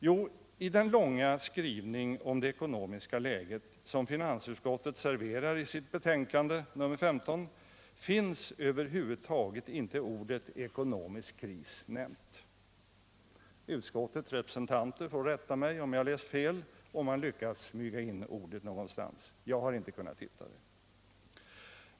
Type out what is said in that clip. Jo, i den långa skrivning om det ekonomiska läget som finansutskottet servererar i sitt betänkande nr 15 finns över huvud taget inte uttrycket ekonomisk Aris. Utskottets representanter får rätta mig om jag har fel, dvs. om man har lyckats smyga in det någonstans. Jag har inte kunnat hitta det.